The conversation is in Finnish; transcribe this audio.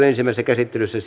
ensimmäisessä käsittelyssä